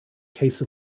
case